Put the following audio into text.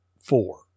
four